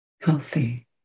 healthy